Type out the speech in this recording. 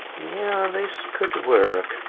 yeah, this could work.